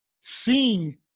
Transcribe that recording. seeing